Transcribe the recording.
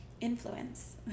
influence